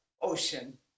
Ocean